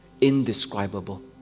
indescribable